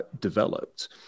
developed